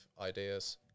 ideas